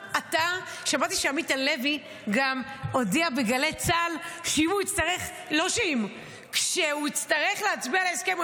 שמעתי שעמית הלוי הודיע בגלי צה"ל שכשהוא יצטרך להצביע על ההסכם,